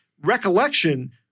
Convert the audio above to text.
recollection